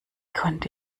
konnte